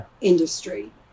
industry